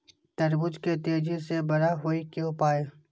तरबूज के तेजी से बड़ा होय के उपाय?